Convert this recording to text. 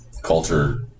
culture